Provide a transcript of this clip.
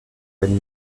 une